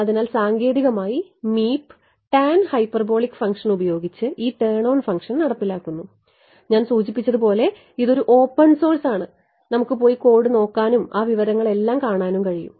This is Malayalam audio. അതിനാൽ സാങ്കേതികമായി മീപ്പ് ടാൻ ഹൈപ്പർബോളിക് ഫംഗ്ഷൻ ഉപയോഗിച്ച് ഈ ടേൺ ഓൺ ഫംഗ്ഷൻ നടപ്പിലാക്കുന്നു ഞാൻ സൂചിപ്പിച്ചതുപോലെ ഇതൊരു ഓപ്പൺ സോഴ്സ് ആണ് നമുക്ക് പോയി കോഡ് നോക്കാനും ആ വിവരങ്ങളെല്ലാം കാണാനും കഴിയും